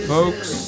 Folks